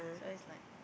so it's like